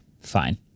Fine